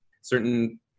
certain